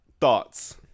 Thoughts